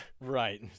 Right